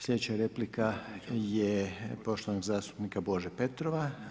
Slijedeća replika je poštovanog zastupnika Bože Petrova.